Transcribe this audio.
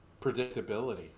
predictability